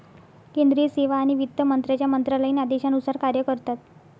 केंद्रीय सेवा आणि वित्त मंत्र्यांच्या मंत्रालयीन आदेशानुसार कार्य करतात